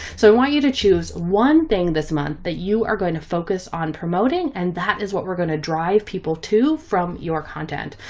so i want you to choose one thing this month that you are going to focus on promoting, and that is what we're going to drive people to from your content.